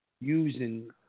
Using